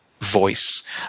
voice